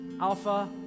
Alpha